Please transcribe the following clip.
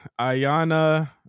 Ayana